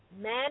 Man